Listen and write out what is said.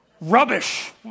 Rubbish